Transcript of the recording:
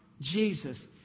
Jesus